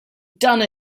done